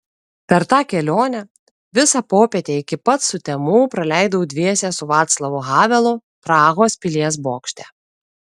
per tą kelionę visą popietę iki pat sutemų praleidau dviese su vaclavu havelu prahos pilies bokšte